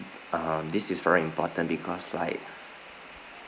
um this is very important because like